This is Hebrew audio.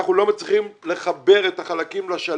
אנחנו לא מצליחים לחבר את החלקים לשלם,